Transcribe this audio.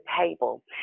table